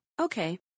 Okay